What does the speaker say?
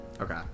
Okay